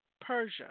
Persia